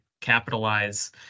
capitalize